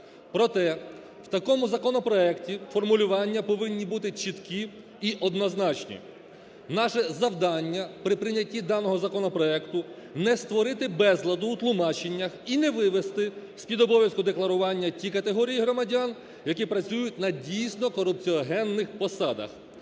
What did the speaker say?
Проте, в такому законопроекті формулювання повинні бути чіткі і однозначні. Наше завдання при прийнятті даного законопроекту – не створити безладу у тлумаченнях і не вивести з-під обов'язку декларування ті категорії громадян, які працюють на дійсно корупціогенних посадах.